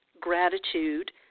gratitude